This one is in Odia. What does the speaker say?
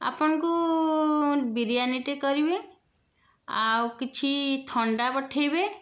ଆପଣଙ୍କୁ ବିରିୟାନୀଟେ କରିବେ ଆଉ କିଛି ଥଣ୍ଡା ପଠେଇବେ